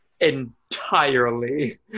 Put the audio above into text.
entirely